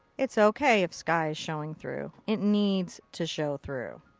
it's ok if sky is showing through. it needs to show through.